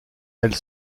elle